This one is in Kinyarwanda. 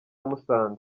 musanze